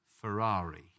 Ferrari